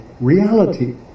reality